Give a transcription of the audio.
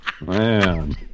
man